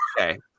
Okay